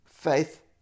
Faith